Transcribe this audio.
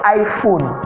iPhone